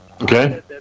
Okay